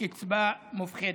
בקצבה מופחתת.